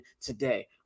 today